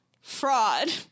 fraud